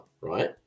right